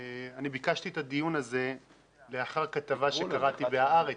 אני ביקשתי את הדיון הזה לאחר כתבה שקראתי ב'הארץ'